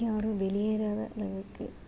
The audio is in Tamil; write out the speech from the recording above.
யாரும் வெளியேறாத அளவுக்கு